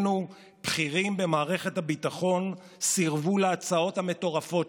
צמצמו את הוצאות המשפחה,